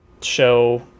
show